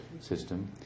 system